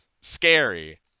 scary